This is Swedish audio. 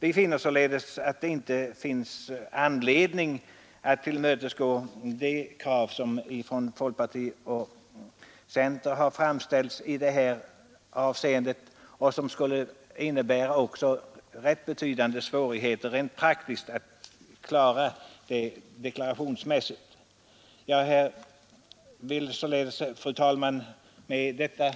Vi anser således att det inte finns anledning att tillmötesgå de krav som från centerpartioch folkpartihåll har framförts i detta avseende. Ett genomförande av det förslaget skulle dessutom rent praktiskt medföra rätt betydande svårigheter vid deklarationen. Efter att i all korthet ha